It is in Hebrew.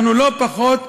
אנחנו לא פחות מארצות-הברית.